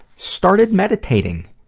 started meditating,